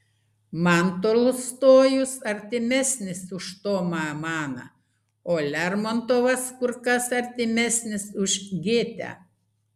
man tolstojus artimesnis už tomą maną o lermontovas kur kas artimesnis už gėtę